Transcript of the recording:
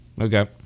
Okay